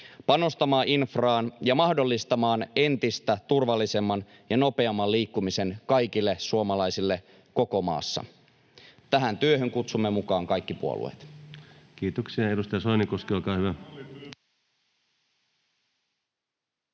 panostamaan infraan ja mahdollistamaan entistä turvallisemman ja nopeamman liikkumisen kaikille suomalaisille koko maassa. Tähän työhön kutsumme mukaan kaikki puolueet. [Juha Mäenpää: Tämä